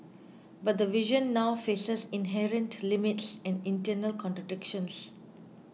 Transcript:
but the vision now faces inherent limits and internal contradictions